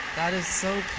that is so